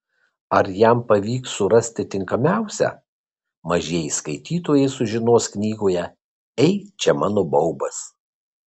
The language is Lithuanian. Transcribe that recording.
ar jam pavyks surasti tinkamiausią mažieji skaitytojai sužinos knygoje ei čia mano baubas